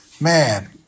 man